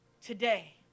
Today